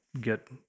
get